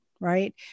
right